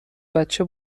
بچه